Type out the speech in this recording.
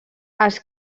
els